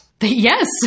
Yes